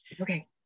Okay